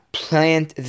plant